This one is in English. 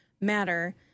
matter